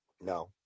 No